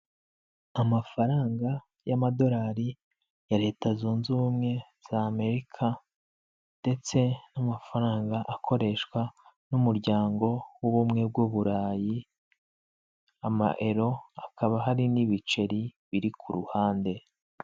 Amafaranga y'amadolari ya leta zunze ubumwe za Amerika ndetse n'amafaranga akoreshwa n'umuryango w'ubumwe bw' Uburayi ama ero hakaba hari n'ibiceri biri ku ruhande.